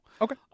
Okay